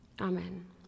Amen